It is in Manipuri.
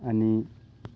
ꯑꯅꯤ